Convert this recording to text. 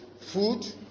food